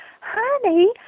honey